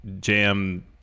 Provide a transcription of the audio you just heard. jam